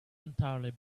entirely